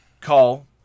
call